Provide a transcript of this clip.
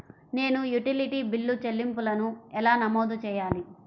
నేను utility bill చెల్లింపులను ఎలా నమోదు చేయాలి?